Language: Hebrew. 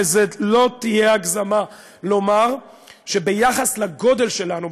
וזאת לא תהיה הגזמה לומר שביחס לגודל שלנו,